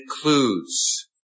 includes